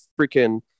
freaking